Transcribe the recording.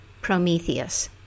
Prometheus